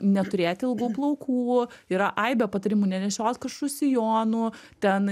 neturėti ilgų plaukų yra aibė patarimų nenešios kažkokių sijonų ten